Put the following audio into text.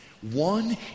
One